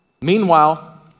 Meanwhile